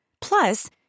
Plus